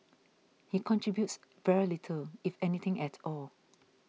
he contributes very little if anything at all